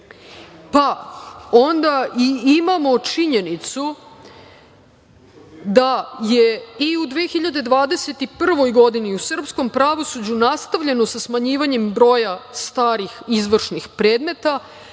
bilo. Onda i imamo činjenicu da je i u 2021. godini u srpskom pravosuđu nastavljeno sa smanjivanjem broja starih izvršnih predmeta